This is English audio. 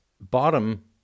bottom